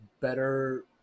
better